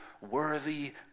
worthy